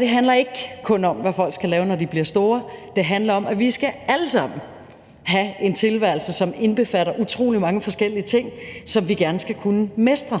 Det handler ikke kun om, hvad folk skal lave, når de bliver store, det handler om, at vi alle sammen skal have en tilværelse, som indbefatter utrolig mange forskellige ting, som vi gerne skal kunne mestre.